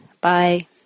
Bye